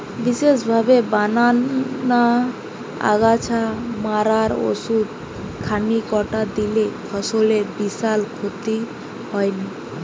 বিশেষভাবে বানানা আগাছা মারার ওষুধ খানিকটা দিলে ফসলের বিশাল ক্ষতি হয়নি